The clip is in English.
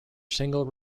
single